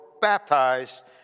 baptized